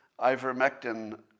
ivermectin